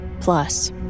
Plus